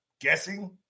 Guessing